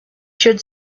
should